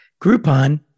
Groupon